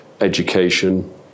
education